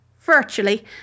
virtually